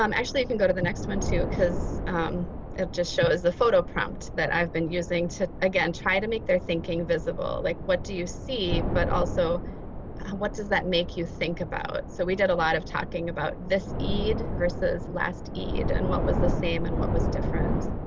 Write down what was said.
um actually you can go to the next one too because it just shows the photo prompt that i've been using to again try to make their thinking visible. like what do you see but also what does that make you think about? so we did a lot of talking about this eid versus last eid and what was the same and what was different.